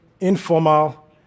informal